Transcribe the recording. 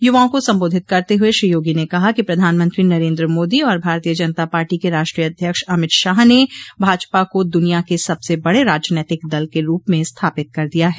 युवाओं को संबोधित करते हुए श्री योगी ने कहा कि प्रधानमंत्री नरेन्द्र मोदी और भारतीय जनता पार्टी के राष्ट्रीय अध्यक्ष अमित शाह ने भाजपा को दुनिया के सबसे बड़ राजनैतिक दल के रूप में स्थापित कर दिया है